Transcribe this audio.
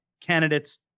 candidates